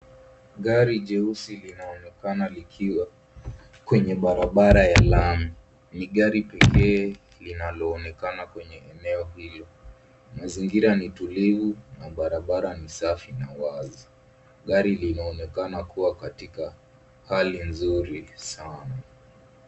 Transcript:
Gari jeusi linonokana likiwa kwenye barabara ya lami. Ni gari pekee linaloonekana kwenye eneo hilo. Mazingira ni tulivu na barabara ni safi na wazi. Gari linaonekana kuwa katika hali nzuri sana.